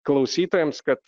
klausytojams kad